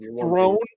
thrown